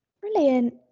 Brilliant